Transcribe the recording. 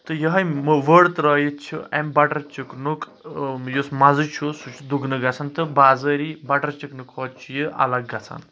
تہٕ یوٚہے ؤڑ ترٲیِتھ چھ امہِ بٹر چکنک یُس مزٕ چھُ سہ چھ دُگنہٕ گژھان تہٕ بازٲری بٹر چکن کھۄتہٕ چھ یہِ الگ گژھان